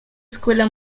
escuela